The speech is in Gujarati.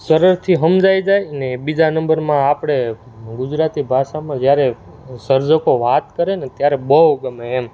સરળથી સમજાઈ જાય ને બીજા નંબરમાં આપણે ગુજરાતી ભાષામાં જ્યારે સર્જકો વાત કરે ને ત્યારે બહુ ગમે એમ